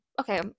okay